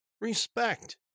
respect